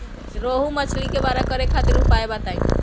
रोहु मछली के बड़ा करे खातिर उपाय बताईं?